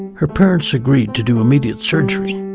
her parents agreed to do immediate surgery.